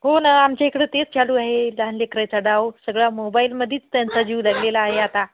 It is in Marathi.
हो ना आमच्या इकडं तेच चालू आहे लहान लेकराचा डाव सगळा मोबाईलमध्येच त्यांचा जीव जडलेला आहे आता